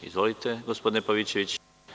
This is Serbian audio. Izvolite, gospodine Pavićević.